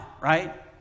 right